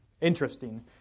interesting